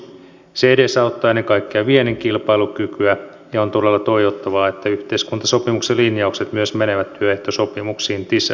se edesauttaa ennen kaikkea viennin kilpailukykyä ja on todella toivottavaa että yhteiskuntasopimuksen linjaukset myös menevät työehtosopimuksiin sisään